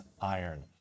iron